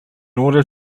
order